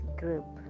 group